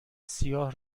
سیاه